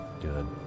Good